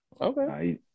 Okay